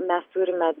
mes turime